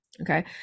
Okay